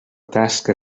tasca